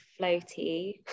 floaty